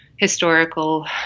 historical